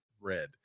Red